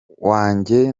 wanjye